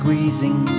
Squeezing